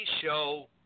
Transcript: show